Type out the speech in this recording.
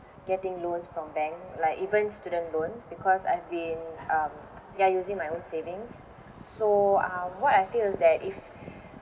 getting loans from bank like even student loan because I've been um ya using my own savings so um what I feel is that if